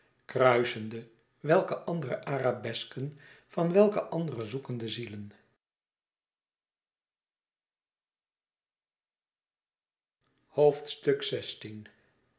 kruisende welke andere arabesken van welke andere zoekende zielen